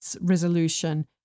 resolution